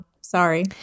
Sorry